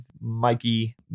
Mikey